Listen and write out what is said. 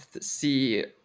see